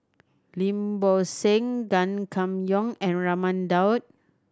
Lim Bo Seng Gan Kim Yong and Raman Daud